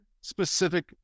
specific